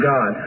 God